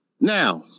Now